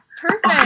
Perfect